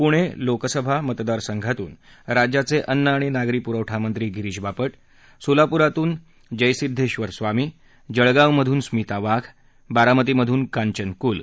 पूणे लोकसभा मतदारसंघातून राज्याचे अन्न आणि नागरी पुरवठा मंत्री गिरीश बापा सोलापुरातून जयसिद्वेशर स्वामी जळगावमधून स्मिता वाघ बारामतीमधून कांचन कुल